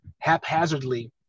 haphazardly